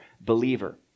believer